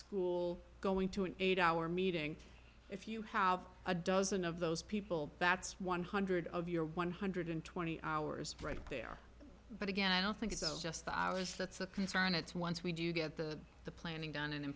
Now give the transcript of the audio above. school going to an eight hour meeting if you have a dozen of those people that's one hundred of your one hundred and twenty hours right there but again i don't think it's just the hours that's the concern it's once we do get the the planning done and in